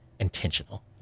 intentional